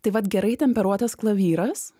tai vat gerai temperuotas klavyras